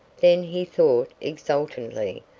then, he thought exultantly,